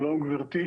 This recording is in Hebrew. שלום גברתי,